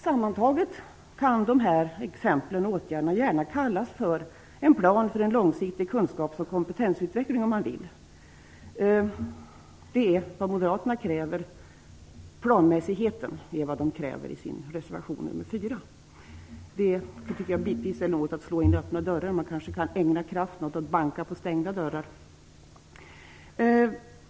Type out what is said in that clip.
Sammantaget kan de här exemplen och åtgärderna om man så vill gärna kallas för en plan för en långsiktig kunskaps och kompetensutveckling. Att, som moderaterna gör i sin reservation nr 4, kräva planmässighet tycker jag bitvis är att slå in öppna dörrar. Man kanske i stället kan ägna kraften åt att banka på stängda dörrar.